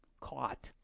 caught